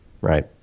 Right